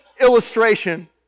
illustration